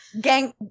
gang